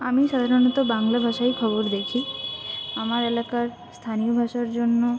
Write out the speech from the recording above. আমি সাধারণত বাংলা ভাষায় খবর দেখি আমার এলাকার স্থানীয় ভাষার জন্য